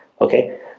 okay